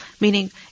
Meaning